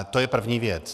To je první věc.